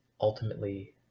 ultimately